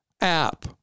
app